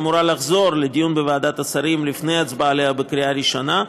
ההצעה אמורה לחזור לדיון בוועדת השרים לפני הצבעה עליה בקריאה ראשונה,